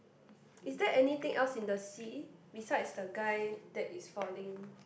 is there anything else in the sea besides the guy that is falling